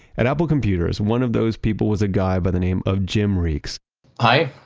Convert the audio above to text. at apple computers, one of those people was a guy by the name of jim reekes hi,